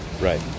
Right